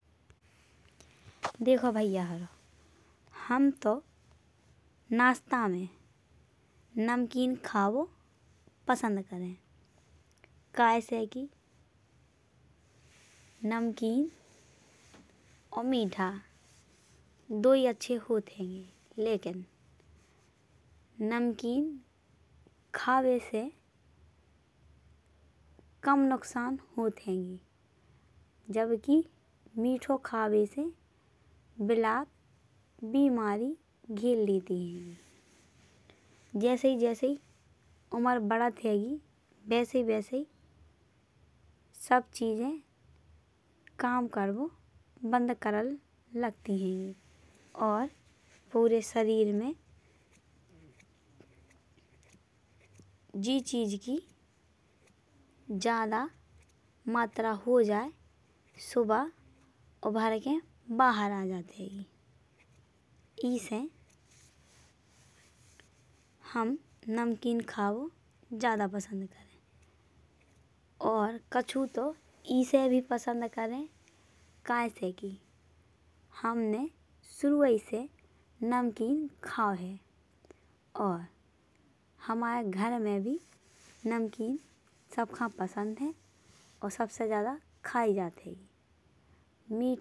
देखो भैया हारो हम तो नाश्ता में नमकीन खाबो पसंद करे है। कहे से कि नमकीन और मीठा दुई अच्छे होत हैंगे। लेकिन नमकीन खावे से कम नुकसान होत हैंगे। जबकि मीठो खावे से बिलात बिमारी घेर लेती हैंगी। जैसे जैसे उमर बढ़त हैंगी। वैसे वैसे सब चीजे काम करवो बंद करन लगाती हैंगी। और पूरे सरीर में जे चीज की ज्यादा मात्रा हो जाये सो वा उभार के बाहर बा जात हैंगी। ऐसे हम नमकीन खावो ज्यादा पसंद करे और कछु तो ऐसे भी पसंद करे। कहे से कि हमने शुरू से ही नमकीन खाओ हैऔर हमर घर में भी सबका नमकीन पसंद है। और सबसे ज्यादा खाई जात हैंगी।